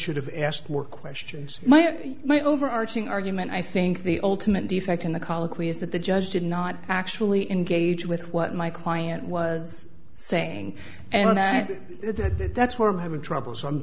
should have asked more questions my and my overarching argument i think the ultimate defect in the colloquy is that the judge did not actually engage with what my client was saying and i think that that's where i'm having trouble so i'm